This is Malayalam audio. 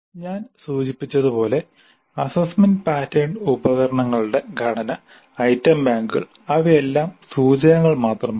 ഞാൻ സൂചിപ്പിച്ചതുപോലെ അസ്സസ്സ്മെന്റ് പാറ്റേൺ ഉപകരണങ്ങളുടെ ഘടന ഐറ്റം ബാങ്കുകൾ അവയെല്ലാം സൂചകങ്ങൾ മാത്രമാണ്